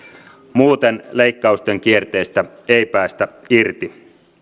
muuten leikkausten kierteestä ei päästä irti